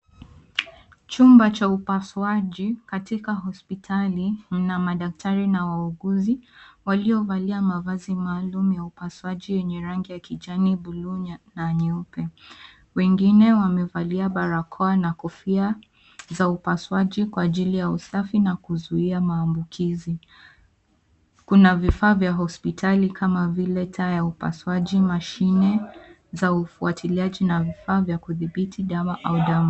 Chumba cha upasuaji katika hospitali lina madaktari na wauguzi waliovalia mavazi maalum ya upasuaji yenye rangi ya kijani, buluu, na nyeupe. Wengine wamevalia barakoa na kofia za upasuaji kwa ajili ya usafi na kuzuia maambukizi. Kuna vifaa vya hospitali kama vile taa ya upasuaji, mashine za ufuatiliaji, na vifaa vya kudhibiti dawa au damu.